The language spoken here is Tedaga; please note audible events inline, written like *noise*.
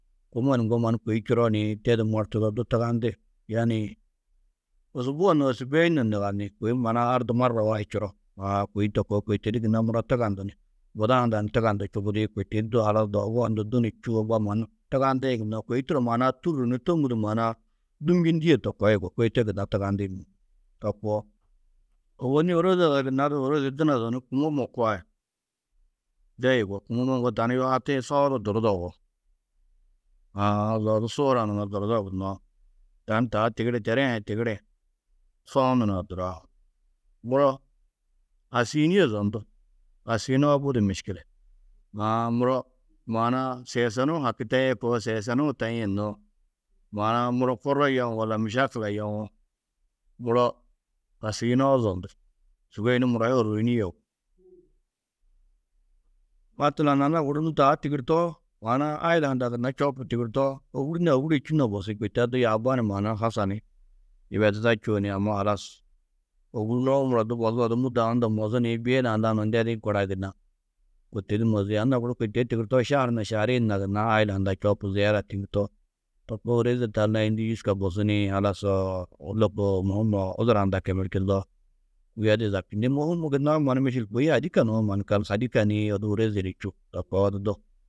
Kômma ni ŋgo kôi čuro nii tedu mortudo du tugandi. Yaani osubua na osubûe na ndugani. Kôi maana-ã ardu marra wahid čuro. Aa kôi to koo, kôi to di gunna muro tugandu ni buda hunda ni tugandu čubudi. Kôi to di du halas doogo hundu du ni čûo, mbo mannu tugandiĩ gunnoo, kôi turo maana-ã tûrru ni tômudu maana-ã dûmnjindie to koo yugó. Kôi to gunna tugandi to koo. Ôwonni ôroze ada gunna du ôrozi dunodo ni kûmomma koa de yugó. Unu a ŋgo tani yuhatĩ soũ du durrudo yugó. Aã zo odu suura *unintelligible* durrudo gunnoo. Tani taa tigiri tere he tigirĩ, soũ nurã duraar. Muro asiyinîe zondu, asiyunoo budi miškile. Aã, muro maana-ã siyesenuũ haki taîe koo, siyesenuũ taîe noo, maana-ã muro korr yeu walla mišekila yewo, muro asiyunoo zondu. Sûgoi yunu muro hi orroyinîe yugó. Matlan anna guru nû taa tigirtoo, maana-ã aila hundɑ͂ gunna čoopu tigirtoo, ôwuri na ôwure čû na bosi, kôi taa du yaaba ni maana-ã hasa ni yibeduda čûo ni amma halas ôgurunuwo muro du mozu odu mûddo-ã unda mozu ni bîe naa lanuũ ndedĩ korã gunna kôi to di mozi. Anna guru kôi to di tigirtoo, šahar na šaharêe na gunna aila hundã čoopu ziyara tigirtoo to koo ôroze taa layindî jûska bosu nii halas *hesitation* lôko mûhum *hesitation* udura hundã kemelčundoo, kuyodi zabtindi. Môhum gunnoó mannu mišil kôi hadîka nuwo mannu kal. Hadîka nii odu ôroze *unintelligible* čûo to koo odu du.